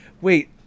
wait